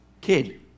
kid